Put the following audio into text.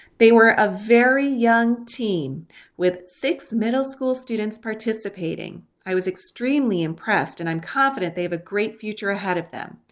they were a very young team with six middle school students participating. i was extremely impressed and i'm confident they have a great future ahead of them.